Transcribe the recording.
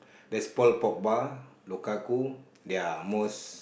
there's pearl pork bar Locacu their most